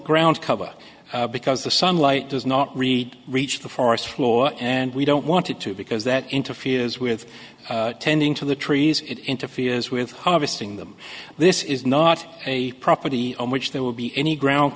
ground cover because the sunlight does not really reach the forest floor and we don't want to to because that interferes with tending to the trees it interferes with harvesting them this is not a property on which there will be any ground